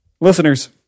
Listeners